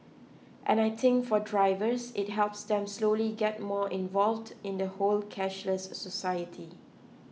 and I think for drivers it helps them slowly get more involved in the whole cashless society